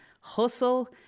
Hustle